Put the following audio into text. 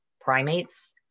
primates